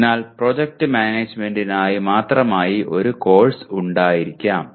അതിനാൽ പ്രോജക്ട് മാനേജ്മെന്റിനായി മാത്രമായി ഒരു കോഴ്സ് ഉണ്ടായിരിക്കാം